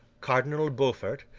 cardinal beaufort,